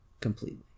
Completely